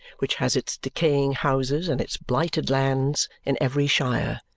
which has its decaying houses and its blighted lands in every shire,